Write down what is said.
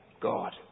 God